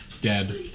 Dead